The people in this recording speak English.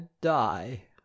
die